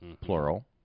plural